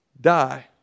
die